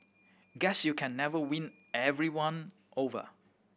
guess you can never win everyone over